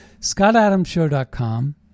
scottadamshow.com